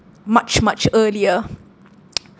much much earlier